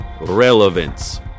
relevance